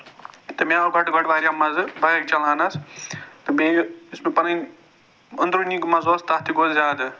تہٕ مےٚ آو گۅڈٕ گۅڈٕ واریاہ مَزٕ بایِک چَلاونَس تہٕ بیٚیہِ یُس مےٚ پَنٕنۍ أنٛدروٗنی منٛز اوس تَتھ تہِ گوٚو زیادٕ